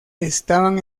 estaban